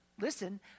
Listen